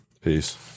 Peace